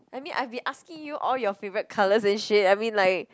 I mean I've been asking you all your favorite colours and shade I mean like